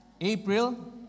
April